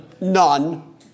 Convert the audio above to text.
none